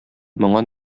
моңа